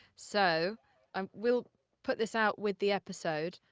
so um we'll put this out with the episode.